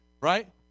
right